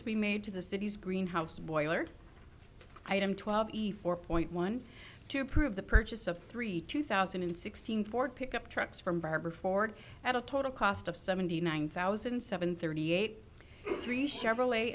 to be made to the city's greenhouse boiler item twelve efore point one to prove the purchase of three two thousand and sixteen ford pickup trucks from barbara ford at a total cost of seventy nine thousand seven thirty eight three chevrolet